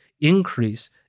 increase